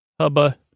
Hubba